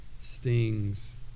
stings